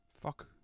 Fuck